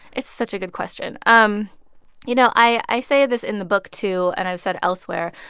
it's such a good question. um you know, i say this in the book, too, and i've said elsewhere,